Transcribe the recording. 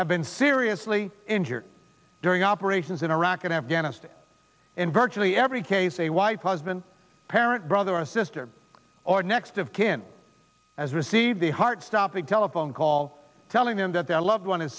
have been seriously injured during operations in iraq and afghanistan in virtually every case a white husband parent brother or sister or next of kin has received the heart stopping telephone call telling them that their loved one i